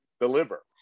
deliver